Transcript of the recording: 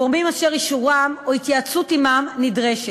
גורמים אשר אישורם או התייעצות עמם נדרשים